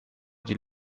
die